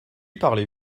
parlez